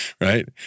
right